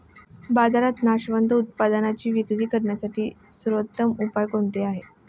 बाजारात नाशवंत उत्पादनांची विक्री करण्यासाठी सर्वोत्तम उपाय कोणते आहेत?